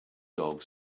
dog